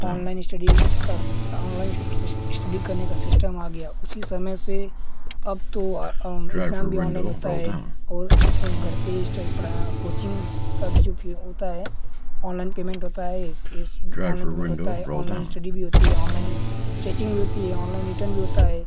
online study का online study करने का सिस्टम आ गया उसी समय से अब तो इक्ज़ाम भी ऑनलाइन होता है ओर घर पर पढ़ा कोचिंग का भी जो फ़ी होता है ऑनलाइन पेमेंट होता है फ़ीस ऑनलाइन पेमेंट होता हैं ऑनलाइन इश्टडी भी होती है ऑनलाइन चेटिंग भी होती हैं ऑनलाइन रिटन भी होता है